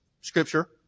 scripture